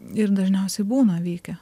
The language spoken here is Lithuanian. ir dažniausiai būna vykę